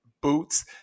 boots